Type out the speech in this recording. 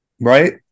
right